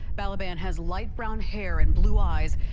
taliban has light brown hair and blue eyes.